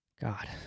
God